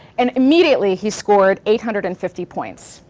and immediately, he scored eight hundred and fifty points.